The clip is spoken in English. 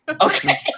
Okay